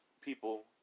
people